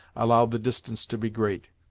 allowed the distance to be great.